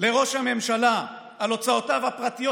לראש הממשלה על הוצאותיו הפרטיות,